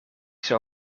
zou